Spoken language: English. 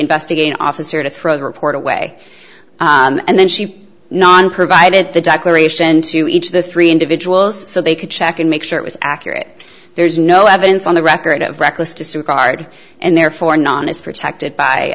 investigating officer to throw the report away and then she non provided the declaration to each of the three individuals so they could check and make sure it was accurate there's no evidence on the record of reckless disregard and therefore non is protected by